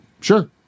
Sure